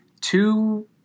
two –